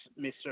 Mr